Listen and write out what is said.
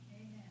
Amen